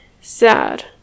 sad